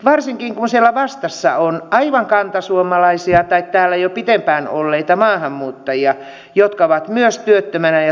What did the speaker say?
varsinkin kun siellä vastassa on aivan kantasuomalaisia tai täällä jo pitempään olleita maahanmuuttajia jotka ovat myös työttömänä ja toimettomana